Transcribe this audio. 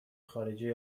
خارجی